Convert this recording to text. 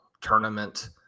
tournament